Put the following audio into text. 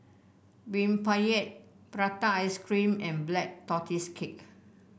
rempeyek Prata Ice Cream and Black Tortoise Cake